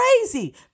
crazy